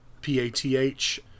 P-A-T-H